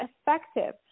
effective